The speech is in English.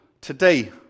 today